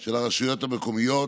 של הרשויות המקומיות,